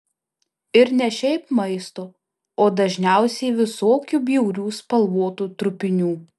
ir ne šiaip maisto o dažniausiai visokių bjaurių spalvotų trupinių